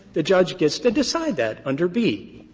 the judge gets to decide that under b.